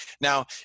now